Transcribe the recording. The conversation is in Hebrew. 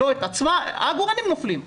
העגורנים נופלים.